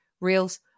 reels